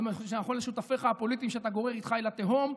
זה מה שנכון לשותפיך הפוליטיים שאתה גורר איתך אל התהום,